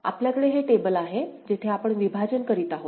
आपल्याकडे हे टेबल आहे जेथे आपण विभाजन करीत आहोत